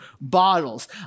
bottles